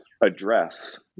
address